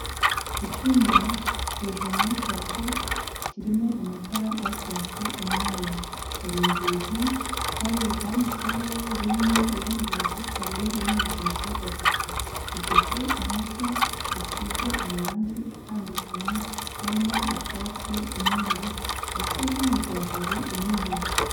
Icyumba hejuru muri parafu kirimo amatara ari kwaka umweru, hari inzugi hari urwanditseho rimwe, urundi rwanditseho kabiri, urundi rwanditseho gatatu, gifite inkuta zisize amarange atandukanye harimo icyatsi, umweru ndetse hirya hari intebe.